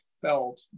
felt